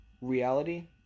reality